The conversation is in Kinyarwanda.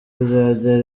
ryajya